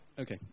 Okay